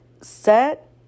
set